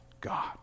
God